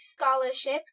scholarship